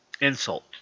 insult